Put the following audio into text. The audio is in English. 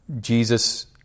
Jesus